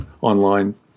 online